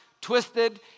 twisted